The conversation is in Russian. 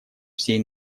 всей